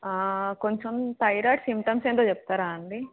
కొంచెం thyroid symptoms ఏందో చెప్తారా అండి